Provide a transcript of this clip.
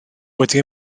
wedi